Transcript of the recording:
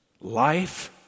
life